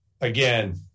again